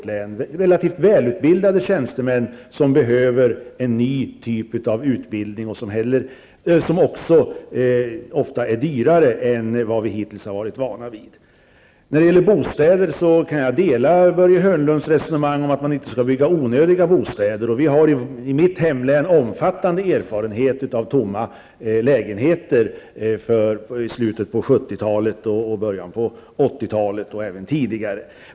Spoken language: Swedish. Det rör sig om relativt välutbildade tjänstemän som behöver en ny typ av utbildning, som också ofta är dyrare än andra utbildningar som vi hittills har varit vana vid. När det gäller bostäder kan jag dela Börje Hörnlunds resonemang om att man inte skall bygga onödiga bostäder. I mitt hemlän har vi från slutet av 70-talet och början av 80-talet omfattande erfarenhet av tomma lägenheter.